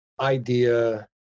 Idea